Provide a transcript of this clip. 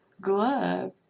glove